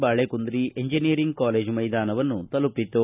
Balekundri engineering college ಮೈದಾನವನ್ನು ತಲುಪಿತು